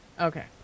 Okay